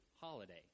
holiday